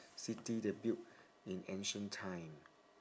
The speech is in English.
city they build in ancient time